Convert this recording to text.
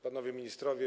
Panowie Ministrowie!